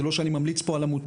זה לא שאני ממליץ פה על עמותות,